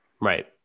Right